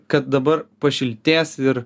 kad dabar pašiltės ir